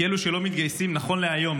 כי נכון להיום,